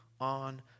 on